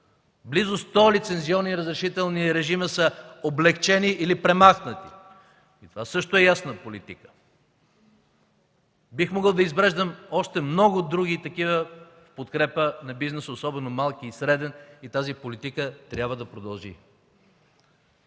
Близо сто лицензионни разрешителни режима са облекчени или премахнати. Това също е ясна политика. Бих могъл да изреждам още много други такива в подкрепа на бизнеса, особено малкия и среден, и тази политика трябва да продължи.